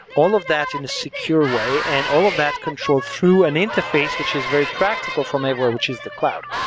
all of that in a secure way and all of that control through an interface which is very practical from anywhere which is the cloud.